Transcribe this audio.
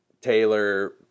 Taylor